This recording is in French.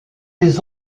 les